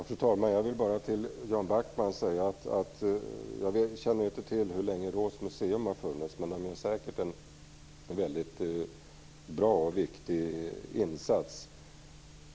Fru talman! Jag känner inte till hur länge Råås museum har funnits, Jan Backman. Men museet gör säkert en bra och viktig insats.